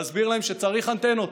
להסביר להם שצריך אנטנות,